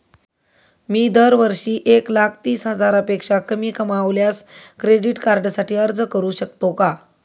मी दरवर्षी एक लाख तीस हजारापेक्षा कमी कमावल्यास क्रेडिट कार्डसाठी अर्ज करू शकतो का?